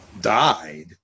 died